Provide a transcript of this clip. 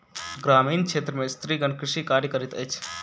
ग्रामीण क्षेत्र में स्त्रीगण कृषि कार्य करैत अछि